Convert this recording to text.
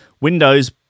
Windows